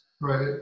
Right